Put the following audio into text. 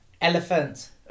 Elephant